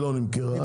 לא נמכרה.